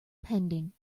pending